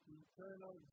eternal